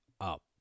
up